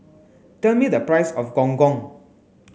tell me the price of Gong Gong